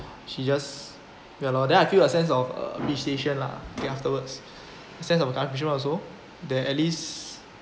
she just ya lor then I feel a sense of appreciation lah then afterwards sense of also that at least